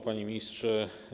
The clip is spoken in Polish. Panie Ministrze!